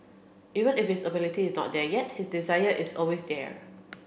even if his ability is not there yet his desire is always there